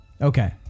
Okay